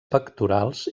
pectorals